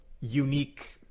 unique